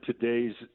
today's